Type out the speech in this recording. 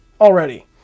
already